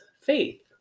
faith